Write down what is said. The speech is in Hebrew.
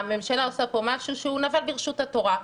הממשלה עושה פה משהו שהוא נבל ברשות התורה.